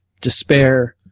despair